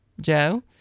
Joe